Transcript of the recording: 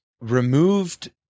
removed